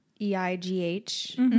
E-I-G-H